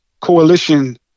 coalition